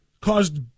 Caused